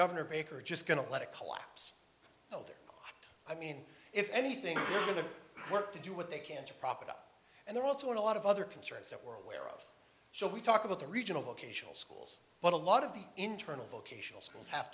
governor baker just going to let it collapse there i mean if anything to work to do what they can to prop it up and they're also in a lot of other concerns that we're aware of so we talk about the regional vocational schools but a lot of the internal vocational schools